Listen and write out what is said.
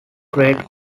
great